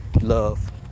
love